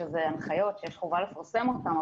שאלה הנחיות שיש חובה לפרסם אותן,